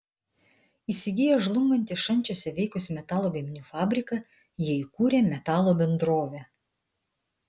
įsigiję žlungantį šančiuose veikusį metalo gaminių fabriką jie įkūrė metalo bendrovę